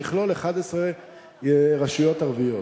שיכלול 11 רשויות ערביות.